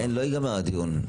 לא ייגמר הדיון.